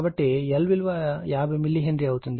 కాబట్టి L విలువ 50 millihenry అవుతుంది